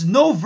no